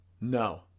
No